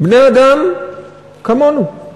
בני-אדם כמונו.